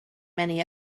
many